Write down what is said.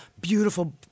beautiful